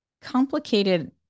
complicated